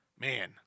man